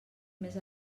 més